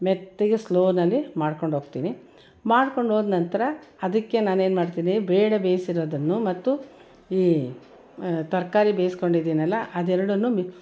ಮೆತ್ತಗೆ ಸ್ಲೋನಲ್ಲಿ ಮಾಡ್ಕೊಂಡು ಹೋಗ್ತೀನಿ ಮಾಡ್ಕೊಂಡು ಹೋದ್ನಂತ್ರ ಅದಕ್ಕೆ ನಾನೇನು ಮಾಡ್ತೀನಿ ಬೇಳೆ ಬೇಯಿಸಿರೋದನ್ನು ಮತ್ತು ಈ ತರಕಾರಿ ಬೇಯಿಸ್ಕೊಂಡಿದ್ದೀನಲ್ಲ ಅದು ಎರಡನ್ನು ಮಿಕ್ಕಿ